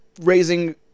raising